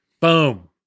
Boom